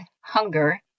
Hunger